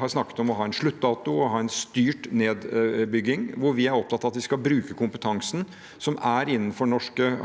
har snakket om å ha en sluttdato og ha en styrt nedbygging, hvor vi er opptatt av at vi skal bruke kompetansen som er innenfor norske havnæringer